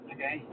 Okay